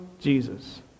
Jesus